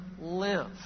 live